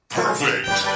Perfect